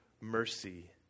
mercy